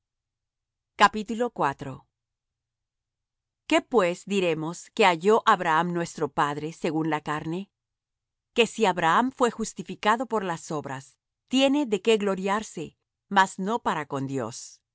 la ley qué pues diremos que halló abraham nuestro padre según la carne que si abraham fué justificado por la obras tiene de qué gloriarse mas no para con dios